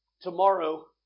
tomorrow